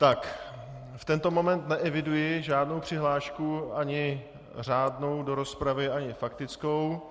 V tento moment neeviduji žádnou přihlášku, ani řádnou do rozpravy ani faktickou.